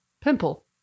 Pimple